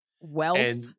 Wealth